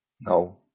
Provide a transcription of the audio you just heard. No